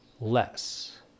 less